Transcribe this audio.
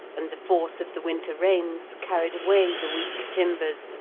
and the force of the winter rains carried away the weak timbers,